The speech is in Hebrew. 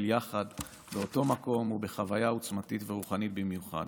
יחד באותו מקום ובחוויה עוצמתית ורוחנית במיוחד.